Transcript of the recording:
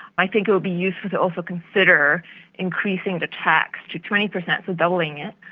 i think it would be useful to also consider increasing the tax to twenty percent, doubling it,